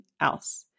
else